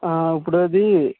ఇప్పుడు అది